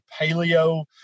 paleo